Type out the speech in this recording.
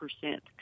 percent